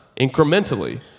incrementally